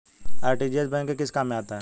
RTGS bank के किस काम में आता है?